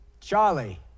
Charlie